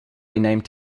renamed